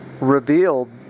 revealed